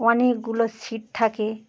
অনেকগুলো সিট থাকে